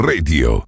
Radio